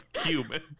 human